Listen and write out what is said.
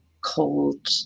cold